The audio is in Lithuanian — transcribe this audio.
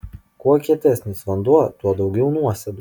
kuo kietesnis vanduo tuo daugiau nuosėdų